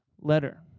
letter